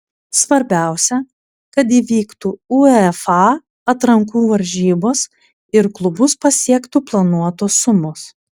svarbiausia kad įvyktų uefa atrankų varžybos ir klubus pasiektų planuotos sumos